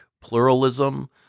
pluralism